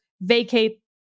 vacate